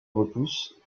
repousse